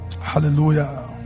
Hallelujah